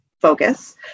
focus